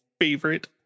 favorite